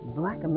black